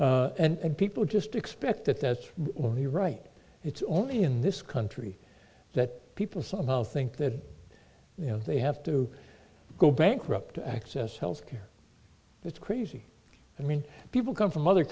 and people just expect that that's when the right it's only in this country that people somehow think that you know they have to go bankrupt to access health care that's crazy i mean people come from other